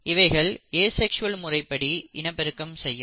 இவைகள் ஏசெக்ஸ்வல் முறைப்படி இனப்பெருக்கம் செய்யும்